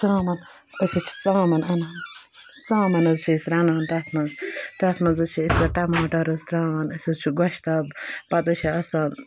ژامَن أسۍ حظ چھِ ژامَن اَنان ژامَن حظ چھِ أسۍ رَنان تَتھ منٛز تَتھ منٛز حظ چھِ أسۍ گۄڈٕ ٹماٹر حظ ترٛاوان أسۍ حظ چھِ گۄشتاب پَتہٕ حظ چھِ آسان